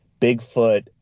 Bigfoot